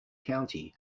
county